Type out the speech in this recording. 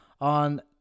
on